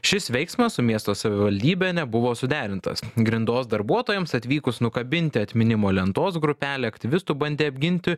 šis veiksmas su miesto savivaldybe nebuvo suderintas grindos darbuotojams atvykus nukabinti atminimo lentos grupelė aktyvistų bandė apginti